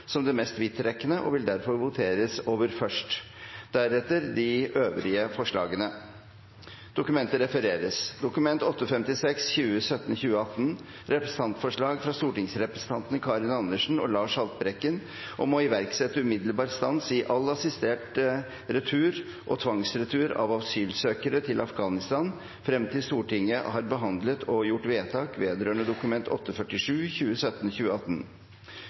som det mest vidtrekkende og vil derfor voteres over først. Deretter voteres det over de øvrige forslagene. Forslaget i Dokument 8:56 for 2017–2018 lyder: «Stortinget ber regjeringen om å iverksette umiddelbar stans i all assistert retur og tvangsretur av asylsøkere til Afghanistan frem til Stortinget har behandlet og gjort vedtak vedrørende Dokument